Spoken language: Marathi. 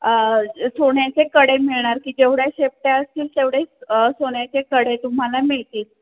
सोन्याचे कडे मिळणार की जेवढ्या शेपट्या असतील तेवढे सोन्याचे कडे तुम्हाला मिळतील